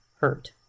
hurt